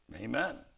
Amen